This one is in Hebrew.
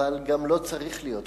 אבל גם לא צריך להיות ויכוח.